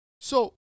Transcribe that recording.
So-